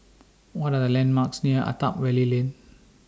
What Are The landmarks near Attap Valley Lane